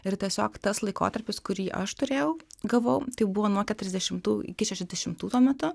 ir tiesiog tas laikotarpis kurį aš turėjau gavau tai buvo nuo keturiasdešimtų iki šešiasdešimtų tuo metu